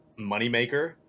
moneymaker